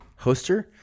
Hoster